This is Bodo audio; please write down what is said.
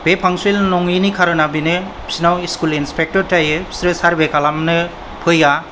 बे पांकचूएल नङैनि कारना बेनो बिसिनाव स्कूल इंस्पेक्ट'र थायो बिसोरो सारवे खालामनो फैया